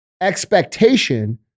expectation